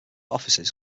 offices